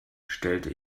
stellte